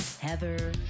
Heather